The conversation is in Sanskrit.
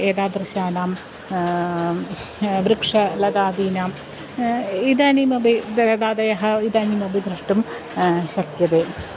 एतादृशानां वृक्षलतादीनां इदानीमपि बृहदादयः इदानीमपि द्रष्टुं शक्यते